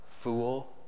Fool